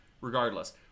Regardless